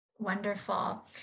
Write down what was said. Wonderful